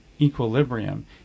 equilibrium